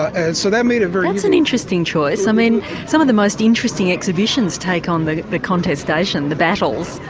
and so that made it very. that's an interesting choice i mean some of the most interesting exhibitions take um on the contestation, the battles.